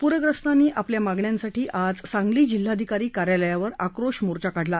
प्रग्रस्तांनी आपल्या मागण्यांसाठी आज सांगली जिल्हाधिकारी कार्यालयावर आक्रोश मोर्चा काढला